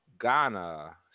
Ghana